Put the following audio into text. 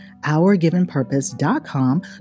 ourgivenpurpose.com